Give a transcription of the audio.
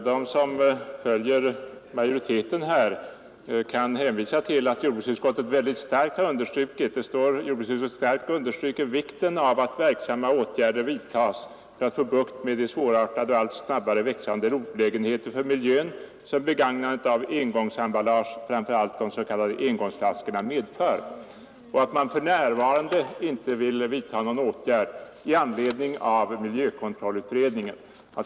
De som följer majoriteten här kan hänvisa till att jordbruksutskottet mycket starkt understrukit ”vikten av att verksamma åtgärder vidtas för att få bukt med de svårartade och allt snabbare växande olägenheter för miljön som begagnandet av engångsemballage, framför allt de s.k. engångsflaskorna, medför” och att utskottet förklarar sig för närvarande inte vilja vidtaga någon åtgärd i avvaktan på miljökontrollutredningens betänkande.